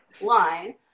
line